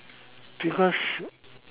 because